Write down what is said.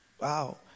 wow